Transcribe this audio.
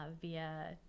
via